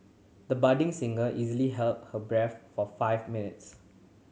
the budding singer easily held her breath for five minutes